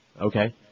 Okay